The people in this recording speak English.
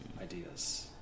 ideas